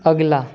अगिला